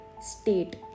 state